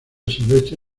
silvestre